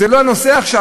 זה לא הנושא עכשיו.